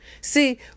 See